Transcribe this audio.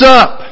up